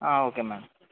okay madam